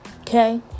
Okay